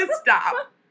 stop